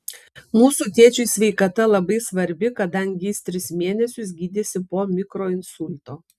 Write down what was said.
mūsų tėčiui sveikata labai svarbi kadangi jis tris mėnesius gydėsi po mikroinsulto